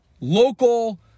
local